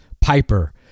Piper